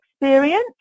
experience